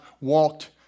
walked